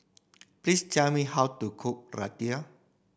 please tell me how to cook Raita